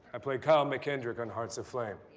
i play kyle mckendrick on hearts aflame.